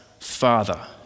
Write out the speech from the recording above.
Father